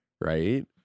Right